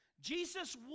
Jesus